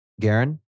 Garen